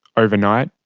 overnight,